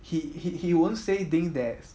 he he he won't say things that's